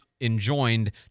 enjoined